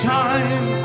time